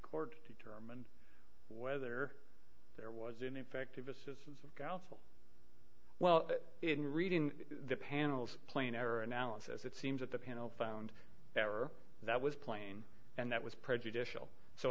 discord determine whether there was ineffective assistance of counsel well in reading the panel's plain error analysis it seems that the panel found error that was plain and that was prejudicial so